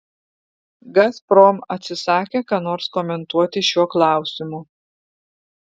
gazprom atsisakė ką nors komentuoti šiuo klausimu